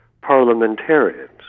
parliamentarians